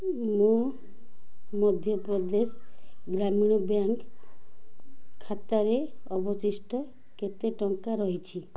ମୋ ମଧ୍ୟପ୍ରଦେଶ ଗ୍ରାମୀଣ ବ୍ୟାଙ୍କ୍ ଖାତାରେ ଅବଶିଷ୍ଟ କେତେ ଟଙ୍କା ରହିଛି